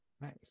Nice